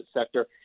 sector